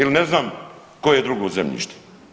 Ili ne znam koje drugo zemljište.